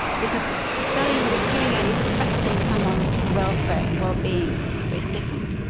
because selling this hearing aid is affecting someone's welfare, wellbeing, so it's different.